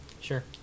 Sure